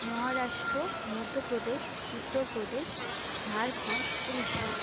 Maharashtra Madhya Pradesh Uttar Pradesh Jharkhand Orissa